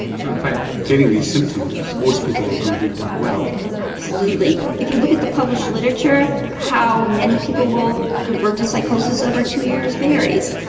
so getting these symptoms, most people are going to do quite well. absolutely. if you look at the published literature, how many people will convert to psychosis over two years varies.